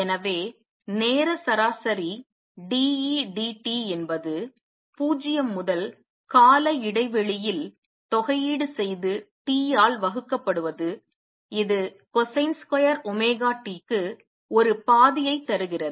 எனவே நேர சராசரி d E dt என்பது 0 முதல் கால இடைவெளியில் தொகையீடு செய்து T ஆல் வகுக்கப்படுவது இது cosine ஸ்கொயர் ஒமேகா T க்கு ஒரு பாதியை தருகிறது